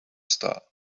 star